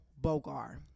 Bogar